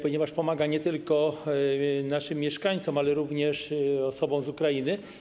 Ponieważ pomaga nie tylko naszym mieszkańcom, ale również osobom z Ukrainy.